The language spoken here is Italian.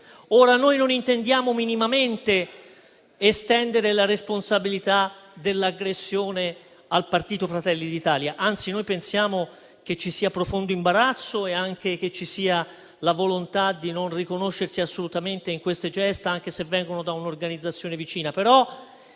Ora noi non intendiamo minimamente estendere la responsabilità dell'aggressione al partito Fratelli d'Italia, anzi noi pensiamo che ci sia profondo imbarazzo e anche che ci sia la volontà di non riconoscersi assolutamente in queste gesta, anche se vengono da un'organizzazione vicina.